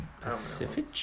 Pacific